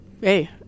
Hey